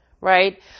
right